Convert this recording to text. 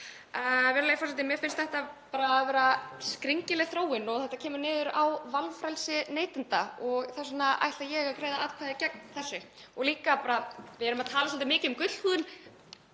Mér finnst þetta bara vera skringileg þróun og þetta kemur niður á valfrelsi neytenda. Þess vegna ætla ég að greiða atkvæði gegn þessu. Og líka bara: Við erum að tala svolítið mikið um gullhúðun.